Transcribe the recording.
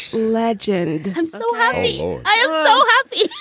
legend. i'm so happy i am so happy.